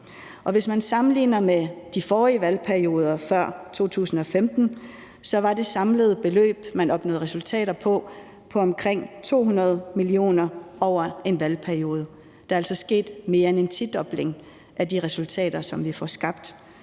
Hvis man sammenligner med de forrige valgperioder, altså før 2015, var det samlede beløb, som man opnåede, på omkring 200 mio. kr. over en valgperiode. Der er altså sket mere end en tidobling af de ressourcer, vi får.